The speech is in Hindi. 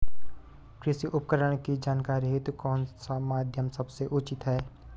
कृषि उपकरण की जानकारी हेतु कौन सा माध्यम सबसे उचित है?